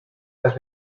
las